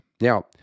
Now